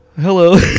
Hello